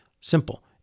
Simple